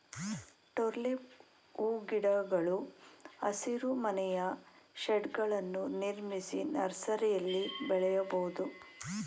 tulip ಹೂಗಿಡಗಳು ಹಸಿರುಮನೆಯ ಶೇಡ್ಗಳನ್ನು ನಿರ್ಮಿಸಿ ನರ್ಸರಿಯಲ್ಲಿ ಬೆಳೆಯಬೋದು